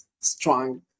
strong